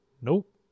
nope